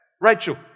Rachel